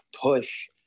push